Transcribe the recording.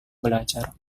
belajar